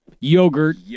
yogurt